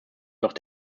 doch